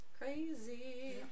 Crazy